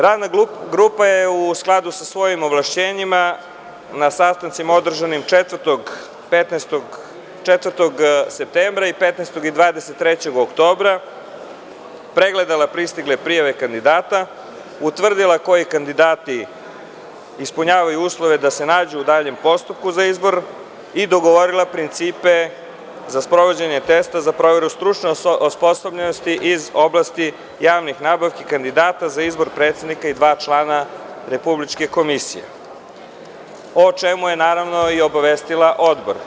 Radna grupa je u skladu sa svojim ovlašćenjima, na sastancima održanim 4. septembra i 15. i 23. oktobra, pregledala pristigle prijave kandidata, utvrdila koji kandidati ispunjavaju uslove da se nađu u daljem postupku za izbor i dogovorila principe za sprovođenje testa za proveru stručne osposobljenosti iz oblasti javnih nabavki kandidata za izbor predsednika i dva člana Republičke komisije, a o čemu je naravno obavestila i Odbor.